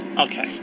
Okay